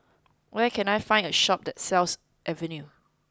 where can I find a shop that sells Avene